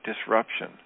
disruption